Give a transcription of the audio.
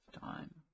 time